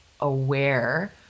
aware